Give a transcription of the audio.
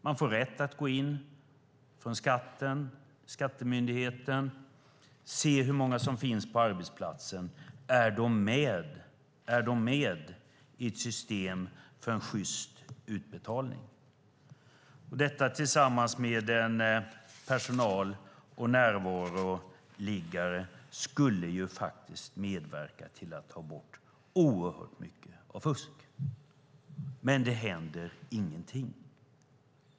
Skattemyndigheten får rätt att gå in, se hur många som finns på arbetsplatsen, se om de är med i ett system för en sjyst utbetalning. Detta tillsammans med en personal och närvaroliggare skulle medverka till att få bort oerhört mycket av fusk. Men det händer ingenting.